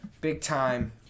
big-time